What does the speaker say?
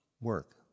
work